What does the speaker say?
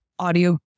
Audio